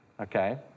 Okay